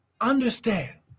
Understand